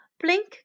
Blink